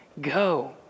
go